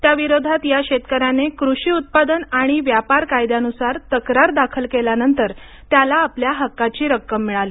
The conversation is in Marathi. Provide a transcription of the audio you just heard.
त्या विरोधात या शेतकऱ्याने कृषी उत्पादन आणि व्यापार संवर्धन आणि सुलभीकरण कायद्यानुसार तक्रार दाखल केल्यानंतर त्याला आपल्या हक्काची रक्कम मिळाली